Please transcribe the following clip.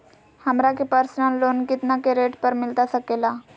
हमरा के personal loan कितना के रेट पर मिलता सके ला?